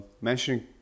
mentioning